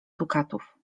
dukatów